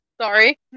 sorry